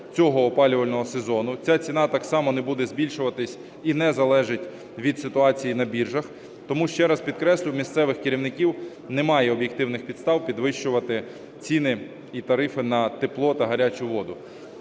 цього опалювального сезону. Ця ціна так само не буде збільшуватися і не залежить від ситуації на біржах. Тому ще раз підкреслюю, у місцевих керівників немає об'єктивних підстав підвищувати ціни і тарифи на тепло та гарячу воду.